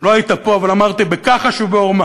לא היית פה אבל אמרתי: בכחש ובעורמה,